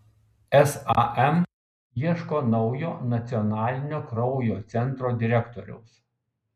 sam ieško naujo nacionalinio kraujo centro direktoriaus